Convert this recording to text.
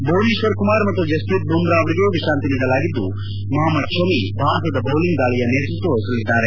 ಭುವನೇಶ್ವರ್ ಕುಮಾರ್ ಮತ್ತು ಜಸ್ವೀತ್ ಬುಮ್ರಾ ಅವರಿಗೆ ವಿಶ್ರಾಂತಿ ನೀಡಲಾಗಿದ್ದು ಮೊಹಮ್ಮದ್ ಶಮೀ ಭಾರತದ ಬೌಲಿಂಗ್ ದಾಳಿಯ ನೇತೃತ್ವ ವಹಿಸಲಿದ್ದಾರೆ